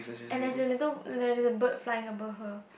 and there's a little there's a bird flying above her